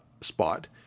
spot